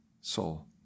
soul